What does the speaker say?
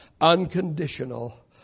unconditional